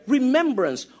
Remembrance